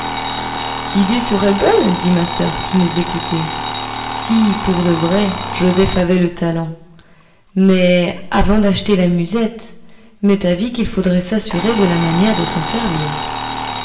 l'idée serait bonne dit ma soeur qui nous écoutait si pour de vrai joseph avait le talent mais avant d'acheter la musette m'est avis qu'il faudrait s'assurer de la manière de s'en servir